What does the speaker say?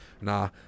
Nah